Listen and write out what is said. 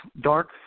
dark